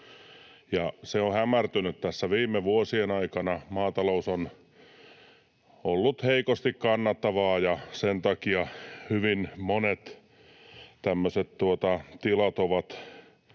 Se on hämärtynyt tässä viime vuosien aikana, maatalous on ollut heikosti kannattavaa, ja sen takia hyvin monet tilat ovat